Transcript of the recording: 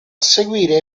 seguire